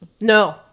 No